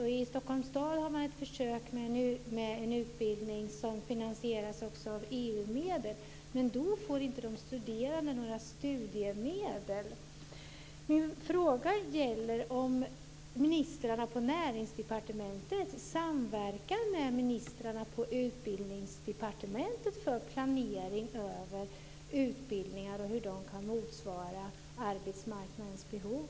I Stockholms stad har man ett försök med en utbildning som också finansieras av EU-medel, men där får inte de studerande några studiemedel. Min fråga gäller huruvida ministarna på Näringsdepartementet samverkar med ministrarna på Utbildningsdepartementet för planering av utbildningar och hur de kan motsvara arbetsmarknadens behov.